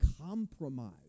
compromise